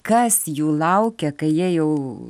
kai kas jų laukia kai jie jau